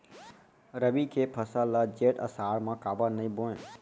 रबि के फसल ल जेठ आषाढ़ म काबर नही बोए?